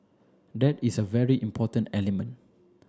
that is a very important element